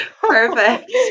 perfect